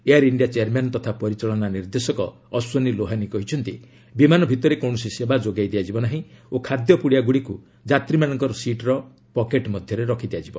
air India chairman ତଥା ପରିଚାଳନା ନିର୍ଦ୍ଦେଶକ ଅଶ୍ୱନୀ ଲୋହାନୀ କହିଛନ୍ତି ବିମାନ ଭିତରେ କୌଣସି ସେବା ଯୋଗାଇ ଦିଆଯିବ ନାହିଁ ଓ ଖାଦ୍ୟପୁଡ଼ିଆଗୁଡ଼ିକୁ ଯାତ୍ରୀମାନଙ୍କର ସିଟ୍ର ପକେଟ୍ ମଧ୍ୟରେ ରଖିଦିଆଯିବ